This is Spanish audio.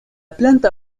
planta